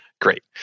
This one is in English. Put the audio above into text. Great